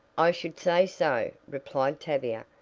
i should say so, replied tavia,